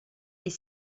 est